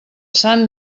sant